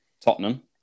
Tottenham